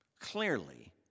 clearly